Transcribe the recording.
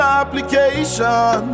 application